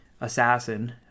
assassin